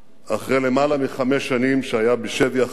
אחרי יותר מחמש שנים שהיה בשבי ה"חמאס".